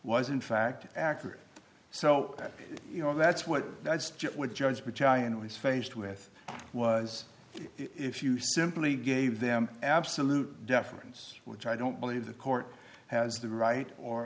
in fact accurate so that you know that's what i would judge which i it was faced with was if you simply gave them absolute deference which i don't believe the court has the right or